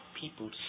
people